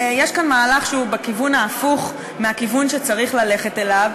יש כאן מהלך שהוא בכיוון ההפוך מהכיוון שצריך ללכת אליו,